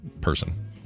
person